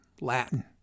Latin